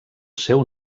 seu